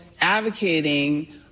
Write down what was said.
advocating